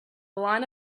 line